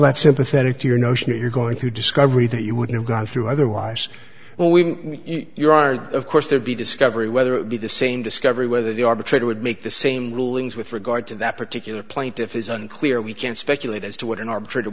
that sympathetic to your notion that you're going through discovery that you wouldn't have gone through otherwise well we you are of course there'd be discovery whether it be the same discovery whether the arbitrator would make the same rulings with regard to that particular plaintiff is unclear we can't speculate as to what an arbitra